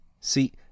See